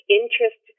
interest